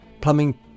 plumbing